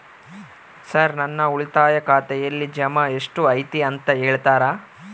Sir ನನ್ನ ಉಳಿತಾಯ ಖಾತೆಯಲ್ಲಿ ಜಮಾ ಎಷ್ಟು ಐತಿ ಅಂತ ಹೇಳ್ತೇರಾ?